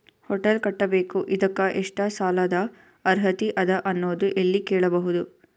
Hotel ಕಟ್ಟಬೇಕು ಇದಕ್ಕ ಎಷ್ಟ ಸಾಲಾದ ಅರ್ಹತಿ ಅದ ಅನ್ನೋದು ಎಲ್ಲಿ ಕೇಳಬಹುದು?